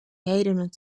häirinud